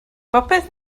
bopeth